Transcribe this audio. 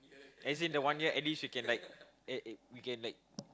as in the one year at least you can like eh you can like